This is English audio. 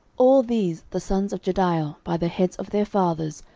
all these the sons of jediael, by the heads of their fathers,